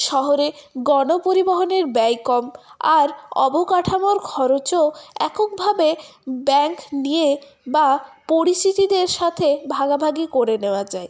শহরে গণপরিবহনের ব্যয় কম আর অবকাঠামোর খরচও এককভাবে ব্যাঙ্ক নিয়ে বা পরিচিতিদের সাথে ভাগাভাগি করে নেওয়া যায়